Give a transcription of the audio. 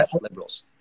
Liberals